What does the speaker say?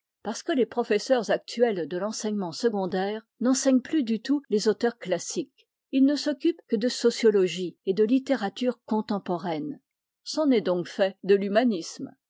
parce que les professeurs actuels de l'enseignement secondaire n'enseignent plus du tout les auteurs classiques ils ne s'occupent que de sociologie et de littérature contemporaine c'en est donc fait de l'humanisme